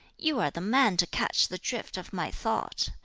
you are the man to catch the drift of my thought.